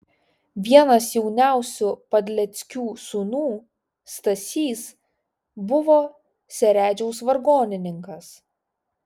vienas jauniausių padleckių sūnų stasys buvo seredžiaus vargonininkas